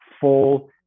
full